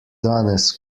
danes